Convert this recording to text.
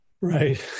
right